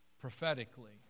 prophetically